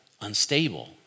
unstable